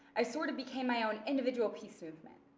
i sort of became my own individual peace movement.